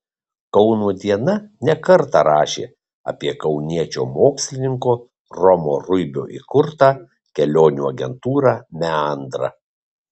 kauno diena ne kartą rašė apie kauniečio mokslininko romo ruibio įkurtą kelionių agentūrą meandra